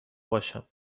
باشم